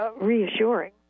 reassuring